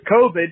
covid